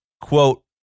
quote